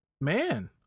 Man